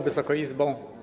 Wysoka Izbo!